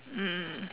mm